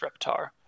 Reptar